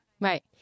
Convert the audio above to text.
Right